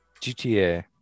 GTA